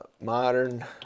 Modern